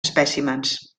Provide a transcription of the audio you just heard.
espècimens